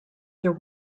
there